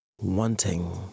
wanting